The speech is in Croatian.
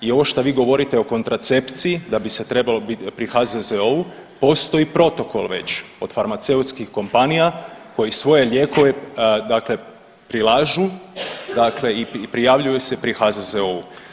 I ovo što vi govorite o kontracepciji da bi se trebalo bit pri HZZO-u postoji protokol već od farmaceutskih kompanija koji svoje lijekove dakle prilažu dakle i prijavljuju se pri HZZO-u.